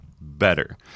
better